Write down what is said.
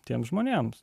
tiems žmonėms